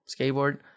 skateboard